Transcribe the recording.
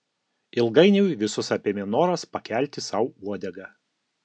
ilgainiui visus apėmė noras pakelti sau uodegą